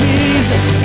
Jesus